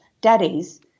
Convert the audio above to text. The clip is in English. daddies